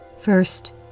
First